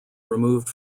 removed